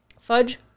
fudge